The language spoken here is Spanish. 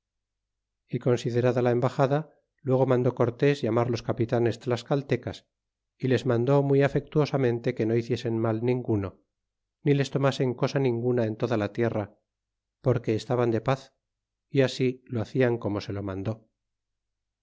y considerada la embaxada luego mandó cortés llamar los capitanes tlascaltecas y les mandó muy afectuosamente que no hiciesen mal ninguno ni les tomasen cosa ninguna en toda la tierra porque estaban de paz y asilo hacian como se lo mandó